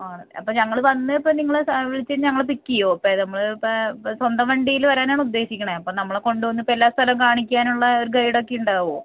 ആണ് അപ്പം ഞങ്ങള് വന്ന് ഇപ്പം നിങ്ങളെ വിളിച്ച് കഴിഞ്ഞാൽ ഞങ്ങളെ പിക്ക് ചെയ്യുമോ ഇപ്പം നമ്മൾ ഇപ്പം പ സ്വന്തം വണ്ടിയിൽ വരാനാണുദ്ദേശിക്കുന്നത് അപ്പം നമ്മളെ കൊണ്ടുവന്ന് ഇപ്പം എല്ലാ സ്ഥലവും കാണിക്കാനുള്ള ഗൈഡ് ഒക്കെ ഉണ്ടാകുമോ